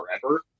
forever